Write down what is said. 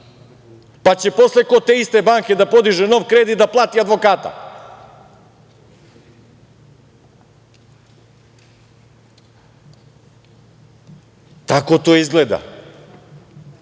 Pa će posle kod te iste banke da podiže nov kredit da plati advokata. Tako to izgleda